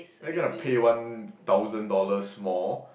are you gonna pay one thousand dollars more